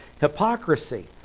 hypocrisy